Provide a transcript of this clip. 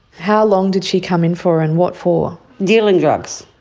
how long did she come in for and what for? dealing drugs,